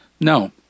No